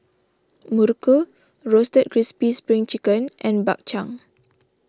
Muruku Roasted Crispy Spring Chicken and Bak Chang